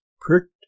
pricked